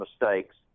mistakes